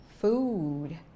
food